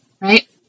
right